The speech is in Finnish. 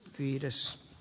fiilis